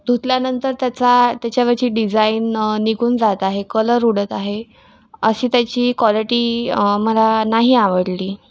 धुतल्यानंतर त्याचा त्याच्यावरची डिजाईन निघून जात आहे कलर उडत आहे अशी त्याची कॉलिटी मला नाही आवडली